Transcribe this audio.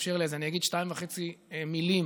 יאפשר לי אז אני אגיד שתיים וחצי מילים